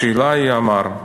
השאלה היא, אמר,